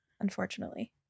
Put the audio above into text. Unfortunately